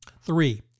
Three